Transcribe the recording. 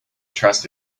trust